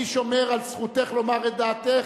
אני שומר על זכותך לומר את דעתך?